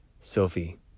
Sophie